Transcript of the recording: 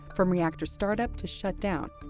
from reactor startup to shutdown.